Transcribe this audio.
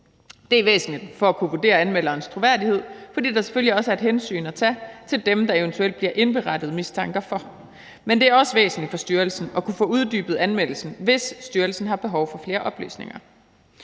Det er væsentligt for at kunne vurdere anmelderens troværdighed, fordi der selvfølgelig også er et hensyn at tage til dem, der eventuelt bliver indberettet mistanke om. Men det er også væsentligt for styrelsen at kunne få uddybet anmeldelsen, hvis styrelsen har behov for flere oplysninger.